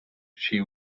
she